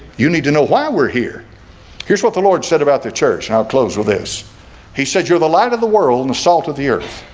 you need to know why we're here here's what the lord said about the church now close with this he said you're the light of the world and the salt of the earth